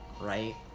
right